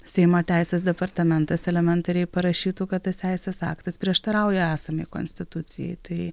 seimo teisės departamentas elementariai parašytų kad tas teisės aktas prieštarauja esamai konstitucijai tai